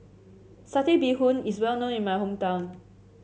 Satay Bee Hoon is well known in my hometown